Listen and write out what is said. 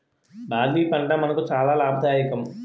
barley పంట మనకు చాలా లాభదాయకం